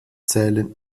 zählen